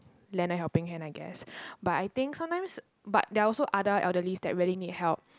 lend a helping hand I guess but I think sometimes but there are also other elderly that really need help